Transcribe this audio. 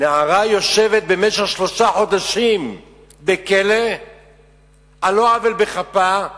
נערה יושבת במשך שלושה חודשים בכלא על לא עוול בכפה,